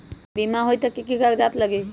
बिमा होई त कि की कागज़ात लगी?